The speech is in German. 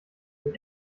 den